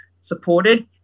supported